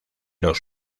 los